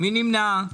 מי נמנע?